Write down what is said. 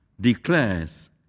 declares